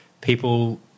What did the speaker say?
people